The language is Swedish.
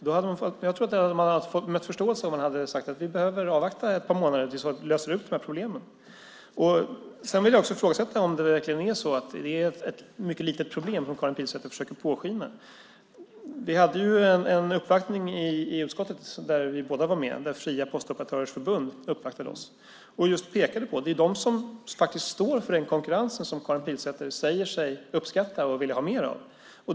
Jag tror att vi hade mött förståelse om vi sagt att vi behöver avvakta ett par månader tills vi löst problemen. Jag vill ifrågasätta om det verkligen är ett mycket litet problem, vilket Karin Pilsäter låter påskina. Vi hade en uppvaktning i utskottet av Fria Postoperatörers Förbund. De pekade på att det är de som står för den konkurrens som Karin Pilsäter säger sig uppskatta och vill ha mer av.